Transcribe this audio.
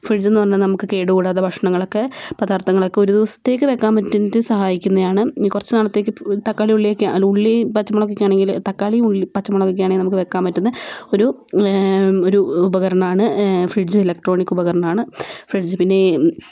ഫ്രിഡ്ജെന്ന് പറഞ്ഞാൽ നമുക്ക് കേടുകൂടാതെ ഭക്ഷണങ്ങളൊക്കെ പദാർത്ഥംങ്ങളൊക്കെ ഒരു ദിവസത്തേക്ക് വെക്കാൻ പറ്റുന്ന സഹായിക്കുന്നെയാണ് കുറച്ച് നാളത്തേക്ക് തക്കാളി ഉള്ളിയൊക്കെ അല്ല ഉള്ളീം പച്ചമുളകൊക്കെ ആണെങ്കിൽ തക്കാളീം പച്ചമുളകൊക്കെയാണെങ്കിൽ നമുക്ക് വെക്കാൻ പറ്റുന്ന ഒരു ഒരു ഉപകരണമാണ് ഫ്രിഡ്ജ് ഇലക്ട്രോണിക് ഉപകരണമാണ് ഫ്രിഡ്ജ് പിന്നെയി